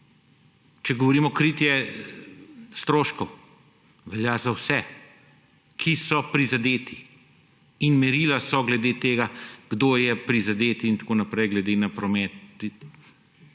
Če govorimo kritje stroškov – velja za vse, ki so prizadeti, in merila so glede tega, kdo je prizadet glede na promet.